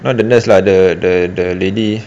not the nurse lah the the the lady